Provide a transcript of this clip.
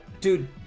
Dude